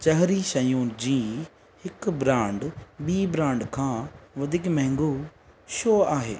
चहरी शयुनि जी हिकु ब्रांड ॿी ब्रांड खां वधीक महांगो छो आहे